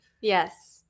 Yes